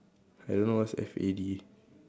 I don't know what's F A D